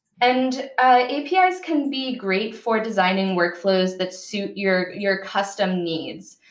and apis can be great for designing workflows that suit your your custom needs.